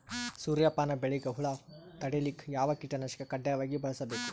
ಸೂರ್ಯಪಾನ ಬೆಳಿಗ ಹುಳ ತಡಿಲಿಕ ಯಾವ ಕೀಟನಾಶಕ ಕಡ್ಡಾಯವಾಗಿ ಬಳಸಬೇಕು?